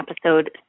episode